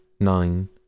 nine